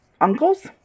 uncles